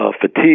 fatigue